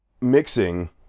mixing